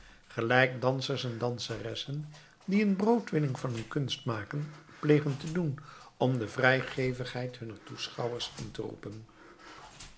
gelijk dansers en danseressen die een broodwinning van hun kunst maken plegen te doen om de vrijgevigheid hunner toeschouwers in te roepen